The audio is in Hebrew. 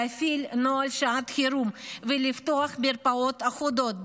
להפעיל נוהל שעת חירום ולפתוח מרפאות אחודות,